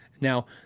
Now